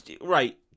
Right